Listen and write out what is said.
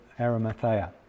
Arimathea